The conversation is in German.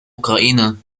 ukraine